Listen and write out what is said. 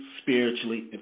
spiritually